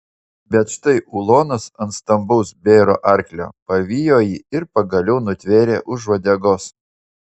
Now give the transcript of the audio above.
bet štai ulonas ant stambaus bėro arklio pavijo jį ir pagaliau nutvėrė už uodegos